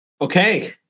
Okay